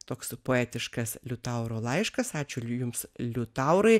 toks poetiškas liutauro laiškas ačiū jums liutaurai